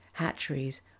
hatcheries